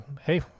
hey